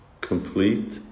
complete